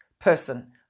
person